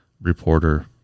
reporter